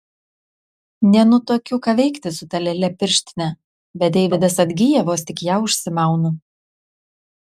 nenutuokiu ką veikti su ta lėle pirštine bet deividas atgyja vos tik ją užsimaunu